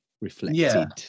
reflected